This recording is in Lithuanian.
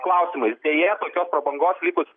klausimais deja tokios prabangos likus